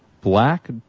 Black